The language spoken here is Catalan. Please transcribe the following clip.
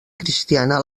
cristiana